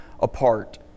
apart